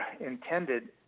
intended